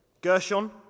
Gershon